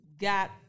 got